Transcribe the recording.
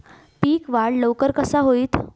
पीक वाढ लवकर कसा होईत?